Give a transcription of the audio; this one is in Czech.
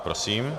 Prosím.